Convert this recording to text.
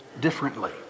differently